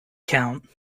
count